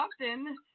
often